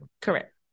Correct